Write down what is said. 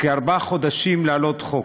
כארבעה חודשים, להעלות חוק,